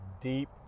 deep